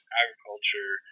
agriculture